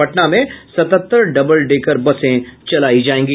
पटना में सतहत्तर double decker बसें चलायी जायेगी